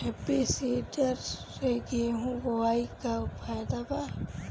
Happy seeder से गेहूं बोआई के का फायदा बा?